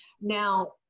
now